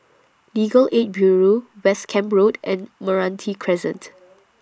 Legal Aid Bureau West Camp Road and Meranti Crescent